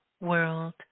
world